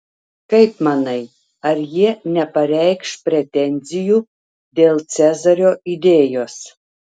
kaip manai ar jie nepareikš pretenzijų dėl cezario idėjos